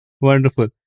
Wonderful